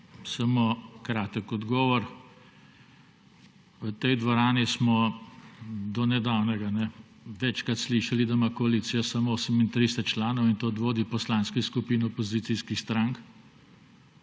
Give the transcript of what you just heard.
Samo kratek odgovor. V tej dvorani smo do nedavnega večkrat slišali, da ima koalicija samo 38 članov, in to od vodij poslanskih skupin opozicijskih strank,